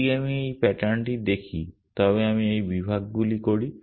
যদি আমি এই প্যাটার্নটি দেখি তবে আমি বিভাগগুলি করি